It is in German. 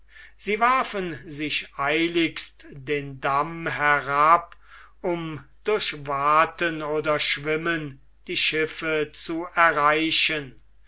sie warfen sich eiligst den damm herab um durch waten oder schwimmen die schiffe zu erreichen